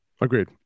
Agreed